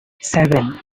seven